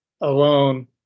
alone